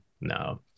No